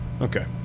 okay